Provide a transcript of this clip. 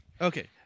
Okay